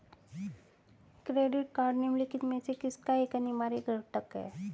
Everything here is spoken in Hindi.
क्रेडिट कार्ड निम्नलिखित में से किसका एक अनिवार्य घटक है?